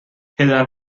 پدر